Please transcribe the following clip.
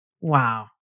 Wow